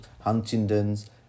Huntington's